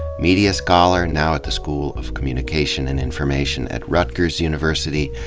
media scholar, now at the school of communication and information at rutgers university,